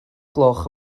gloch